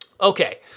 Okay